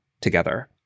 together